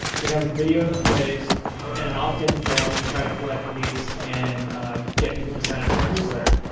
we have a video that plays and an optin-form to try to collect leads and get people to sign up for our newsletter.